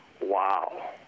Wow